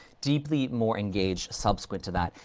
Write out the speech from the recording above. deeply more engaged subsequent to that,